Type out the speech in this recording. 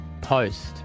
post